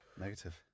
Negative